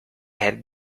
had